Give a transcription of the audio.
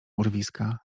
urwiska